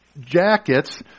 jackets